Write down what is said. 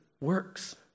works